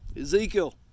Ezekiel